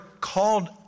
called